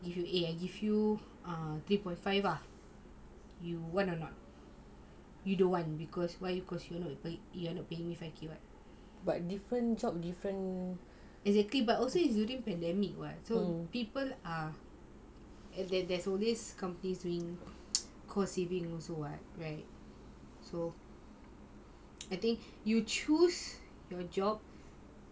if you eh I give you three point five lah you want or not you don't want because why you because you wanna you wanna pay me five K exactly but also during pandemic [what] so people are if there's there's all these companies doing cost saving also [what] right so I think you choose your job